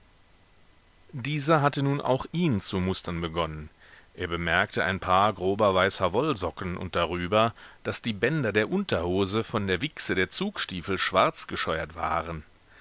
dieser hatte nun auch ihn zu mustern begonnen er bemerkte ein paar grober weißer wollsocken und darüber daß die bänder der unterhose von der wichse der zugstiefel schwarz gescheuert waren